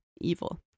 Evil